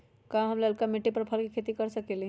का हम लालका मिट्टी में फल के खेती कर सकेली?